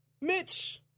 Mitch